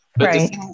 Right